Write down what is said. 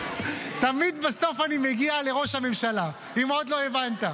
תמיד בסוף אני מגיע לראש הממשלה, אם עוד לא הבנת.